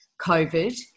COVID